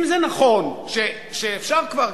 אם זה נכון שאפשר כבר,